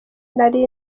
nari